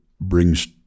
brings